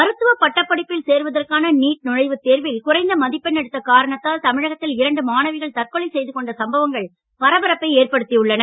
மருத்துவ பட்டப்படிப்பில் சேர்வதற்கான நீட் நுழைவுத் தேர்வில் குறைந்த மதிப்பெண் எடுத்த காரணத்தால் தமிழகத்தில் இரண்டு மாணவிகள் தற்கொலை செய்து கொண்ட சம்பவங்கள் பரபரப்பை ஏற்படுத்தியுள்ளன